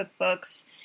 cookbooks